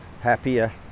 happier